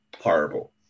horrible